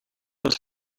was